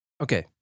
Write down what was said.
Okay